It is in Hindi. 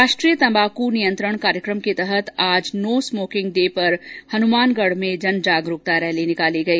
राष्ट्रीय तम्बाकू नियंत्रण कार्यक्रम के तहत आज नो स्मोकिंग डे पर हनुमानगढ़ में जन जागरूकता रैली निकाली गई